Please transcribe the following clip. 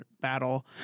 battle